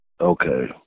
Okay